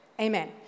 Amen